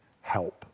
help